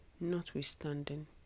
Notwithstanding